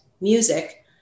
music